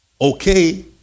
okay